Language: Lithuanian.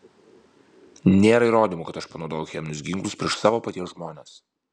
nėra įrodymų kad aš panaudojau cheminius ginklus prieš savo paties žmones